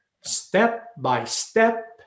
Step-by-step